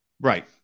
Right